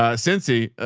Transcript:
ah since he,